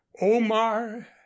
omar